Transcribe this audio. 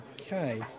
Okay